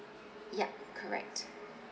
yup correct